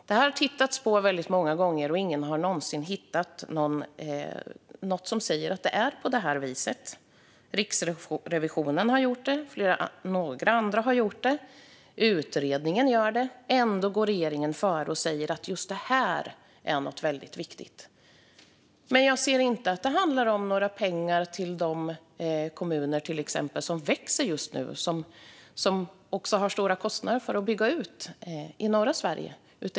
Det har tittats på väldigt många gånger, och ingen har någonsin hittat något som säger att det är på det viset. Riksrevisionen har gjort det. Några andra har gjort det. Utredningen gör det. Ändå går regeringen före och säger att just det här är något väldigt viktigt. Men jag ser inte att det handlar om några pengar till exempelvis de kommuner i norra Sverige som växer just nu och som har stora kostnader för att bygga ut.